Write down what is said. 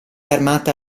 armata